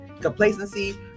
complacency